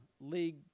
league